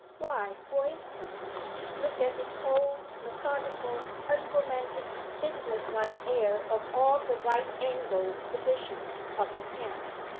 why, for instance look at the cold, methodical, unromantic, business-like air of all the right-angled positions of the hands.